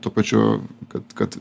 tuo pačiu kad kad